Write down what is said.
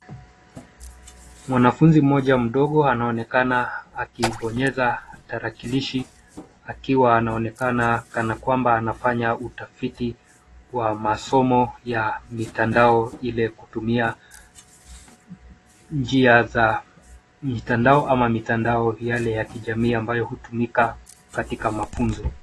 Mwanafunzi mmoja mdogo anaonekana akibonyeza tarakilishi akiwa anaonekana kana kwamba anafanya utafiti wa masomo ya mitandao ile kutumia njia za mitandao ama mitandao yale ya kijamii ambayo hutumika katika mafunzo.